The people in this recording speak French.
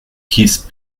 keith